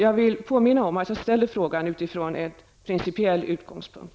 Jag vill påminna om att jag ställer frågan utifrån en principiell utgångspunkt.